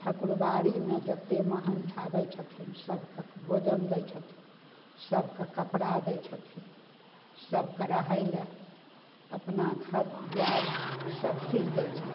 ठाकुरबारीमे जते महन्थ आबय छथिन सबके भोजन दै छथिन सबके कपड़ा दै छथिन सबके रहय लए अपना घर द्वारि सबचीज दै छथिन